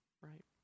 right